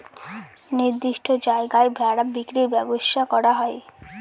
নির্দিষ্ট জায়গায় ভেড়া বিক্রির ব্যবসা করা হয়